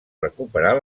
recuperar